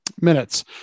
minutes